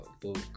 book